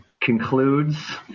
concludes